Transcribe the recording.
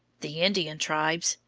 the indian tribes,